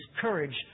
courage